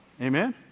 Amen